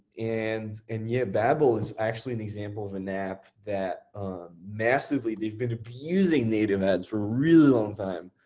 and and yeah, babbel is actually an example of an app that massively, they've been abusing native ads for a really long time.